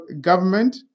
government